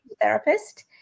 therapist